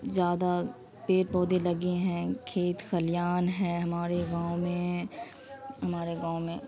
زیادہ پیڑ پودے لگے ہیں کھیت کھلیان ہیں ہمارے گاؤں میں ہمارے گاؤں میں